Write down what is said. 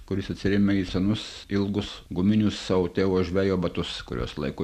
kuris atsiremia į senus ilgus guminius savo tėvo žvejo batus kuriuos laiko